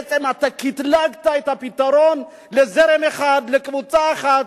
בעצם אתה קטלגת את הפתרון לזרם אחד, לקבוצה אחת.